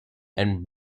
and